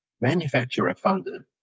manufacturer-funded